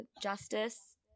justice